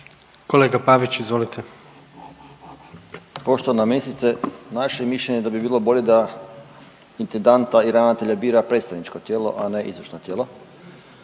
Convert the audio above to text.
(Nezavisni)** Poštovana ministrice, naše je mišljenje da bi bilo bolje da intendanta i ravnatelja bira predstavničko tijelo, a ne izvršno tijelo.